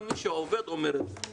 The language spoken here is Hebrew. כל מי שעובד, אומר את זה.